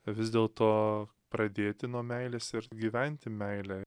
vis dėlto pradėti nuo meilės ir gyventi meilėj